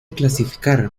clasificar